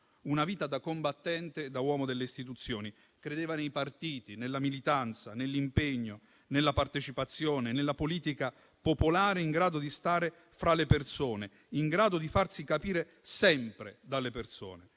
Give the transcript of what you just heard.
Una vita da combattente, da uomo delle istituzioni. Credeva nei partiti, nella militanza, nell'impegno nella partecipazione, nella politica popolare in grado di stare fra le persone, in grado di farsi capire sempre dalle persone.